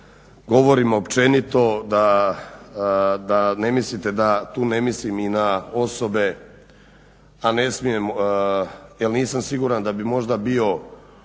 govorim općenito da ne mislite da tu ne mislim i na osobe, a ne smijem jer nisam siguran da bi možda bio